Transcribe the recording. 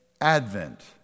Advent